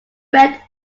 red